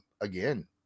again